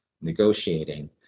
negotiating